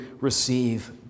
receive